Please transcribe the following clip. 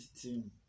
team